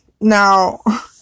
Now